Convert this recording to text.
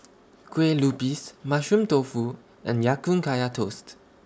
Kue Lupis Mushroom Tofu and Ya Kun Kaya Toast